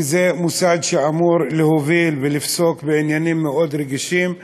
כי זה מוסד שאמור להוביל ולפסוק בעניינים מאוד רגישים,